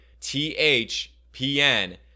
THPN